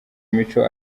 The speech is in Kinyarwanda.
mico